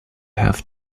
have